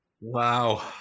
wow